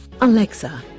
Alexa